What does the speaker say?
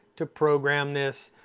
to program this,